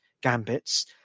gambits